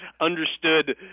understood